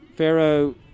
Pharaoh